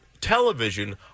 television